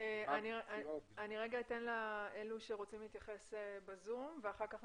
אני אתן רשות דיבור למוזמנים שרוצים להתייחס בזום ולאחר מכן